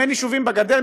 אם אין יישובים בגדר,